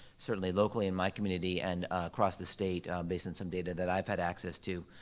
certainly locally, in my community and across the state, based on some data that i've had access to.